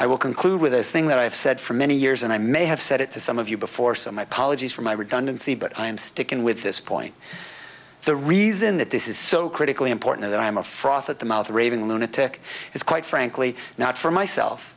i will conclude with a thing that i've said for many years and i may have said it to some of you before so my apologies for my redundancy but i'm sticking with this point the reason that this is so critically important that i am a froth at the mouth raving lunatic is quite frankly not for myself